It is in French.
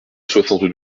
soixante